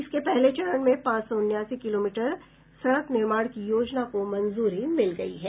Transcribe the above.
इसके पहले चरण में पांच सौ उन्यासी किलोमीटर सड़क निर्माण की योजना को मंजूरी मिल गयी है